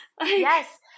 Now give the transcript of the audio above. yes